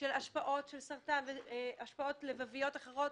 על השפעות של סרטן והשפעות לבביות אחרות,